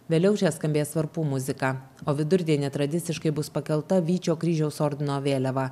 vėliau čia skambės varpų muzika o vidurdienį tradiciškai bus pakelta vyčio kryžiaus ordino vėliava